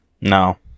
No